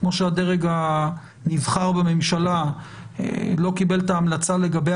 כמו שהדרג הנבחר בממשלה לא קיבל את ההמלצה לגבי